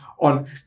on